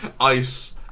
Ice